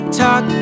talk